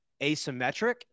asymmetric